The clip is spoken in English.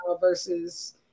versus